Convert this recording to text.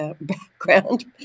background